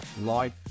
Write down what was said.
life